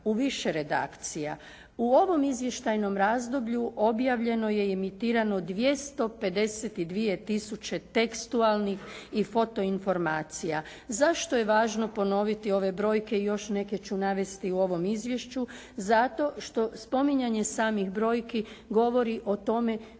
u više redakcija. U ovom izvještajnom razdoblju objavljeno je i emitirano 252 tisuće tekstualnih i foto informacija. Zašto je važno ponoviti ove brojke i još neke ću navesti u ovom izvješću? Zato što spominjanje samih brojki govori o tome